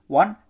one